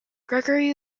gregory